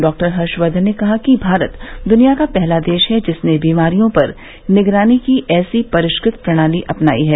doctor Harshvardhan ने कहा कि भारत दुनिया का पहला देश है जिसने बीमारियों पर निगरानी की ऐसी परिष्कृत प्रणाली अपनायी है